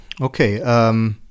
Okay